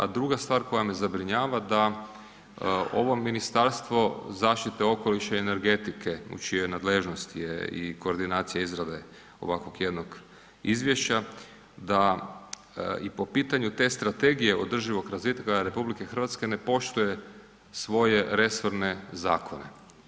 A druga stvar koja me zabrinjava je da ovo Ministarstvo zaštite okoliša i energetike u čijoj nadležnosti je i koordinacija izrade ovakvog jednog izvješća, da i po pitanju te Strategije održivog razvitka RH ne poštuje svoje resorne zakone.